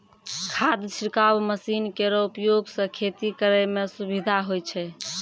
खाद छिड़काव मसीन केरो उपयोग सँ खेती करै म सुबिधा होय छै